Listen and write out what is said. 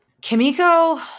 Kimiko